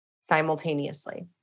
simultaneously